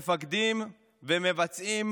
מפקדים ומבצעים